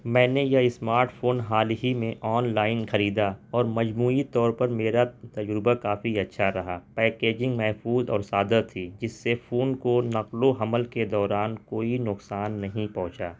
میں نے یہ اسمارٹ فون حال ہی میں آن لائن خریدا اور مجموعی طور پر میرا تجربہ کافی اچھا رہا پیکیجنگ محفوظ اور سادہ تھی جس سے فون کو نقل و حمل کے دوران کوئی نقصان نہیں پہنچا